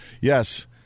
yes